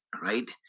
right